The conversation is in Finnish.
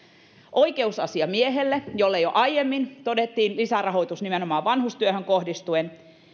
oikeusasiamiehelle jolle jo aiemmin todettiin lisärahoitus nimenomaan vanhustyöhön kohdistuen